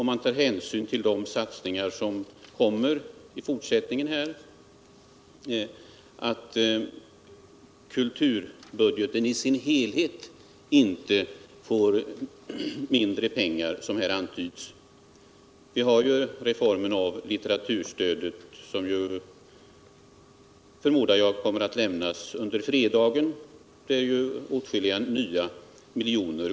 Men med hänsyn till de satsningar som skall ske i fortsättningen kanske kulturbudgeten ändå i sin helhet inte får mindre pengar, vilket här antytts. Förslagen om reformering av litteraturstödet, som jag förmodar kommer att läggas fram under fredagen, kommer såvitt jag förstår att ge åtskilliga nya miljoner.